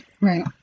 Right